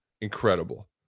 incredible